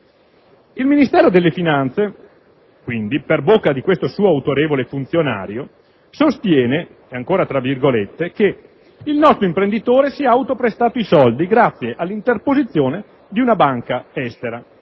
Il Ministero delle finanze per bocca di questo suo autorevole funzionario sostiene quindi che «il nostro imprenditore si è auto-prestato i soldi grazie all'interposizione di una banca estera»